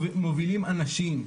מובילים אנשים,